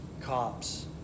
cops